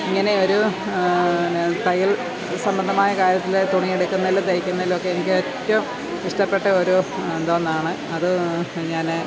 ഇങ്ങനെ ഒരു നെ തയ്യൽ സംബന്ധമായ കാര്യത്തിൽ തുണി എടുക്കുന്നതിലും തയ്ക്കുന്നതിലും ഒക്കെ എനിക്ക് ഏറ്റവും ഇഷ്ടപെട്ട ഒരു എന്താണ് അത് ഞാൻ